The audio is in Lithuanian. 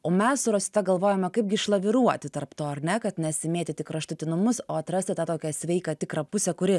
o mes su rosita galvojame kaip išlaviruoti tarp to ar ne kad nesimėtyt į kraštutinumus o atrasti tą tokią sveiką tikrą pusę kuri